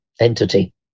entity